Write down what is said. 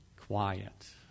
quiet